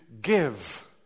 give